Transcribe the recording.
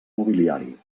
mobiliari